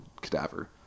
cadaver